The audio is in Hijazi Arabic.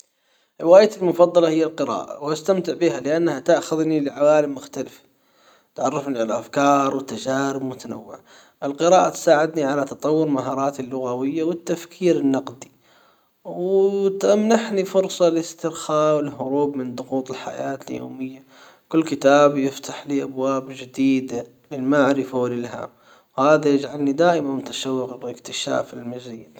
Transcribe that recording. روايتي المفضلة هي القراءة واستمتع بها لانها تأخذني لعوالم مختلفة تعرفني على الافكار والتجارب المتنوعة القراءة تساعدني على تطور مهاراتي اللغوية والتفكير النقدي وتمنحني فرصة الاسترخاء والهروب من ضغوط الحياة اليومية كل كتاب يفتح لي ابواب جديدة للمعرفة والالهام وهذا يجعلني دائمًا متشوق لاكتشاف المزيد.